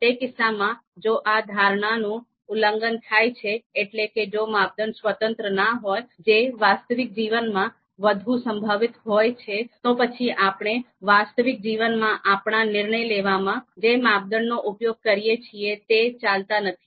તે કિસ્સામાં જો આ ધારાનું ઉલ્લંઘન થાય છે એટલે કે જો માપદંડ સ્વતંત્ર ન હોય જે વાસ્તવિક જીવનમાં વધુ સંભવિત હોય છે તો પછી આપણે વાસ્તવિક જીવનમાં આપણા નિર્ણય લેવામાં જે માપદંડનો ઉપયોગ કરીએ છીએ તે ચાલતા નથી